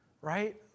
right